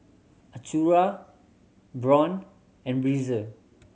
Acura Braun and Breezer